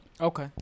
Okay